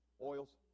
oils